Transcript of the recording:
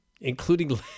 Including